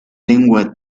lengua